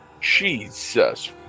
Jesus